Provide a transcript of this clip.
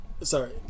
Sorry